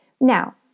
Now